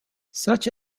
such